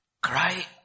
Cry